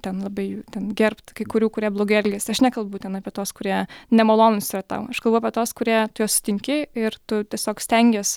ten labai jau ten gerbt kai kurių kurie blogai elgiasi aš nekalbu ten apie tuos kurie nemalonūs yra tau aš kalbu apie tuos kurie tu juos sutinki ir tu tiesiog stengies